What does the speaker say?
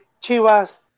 Chivas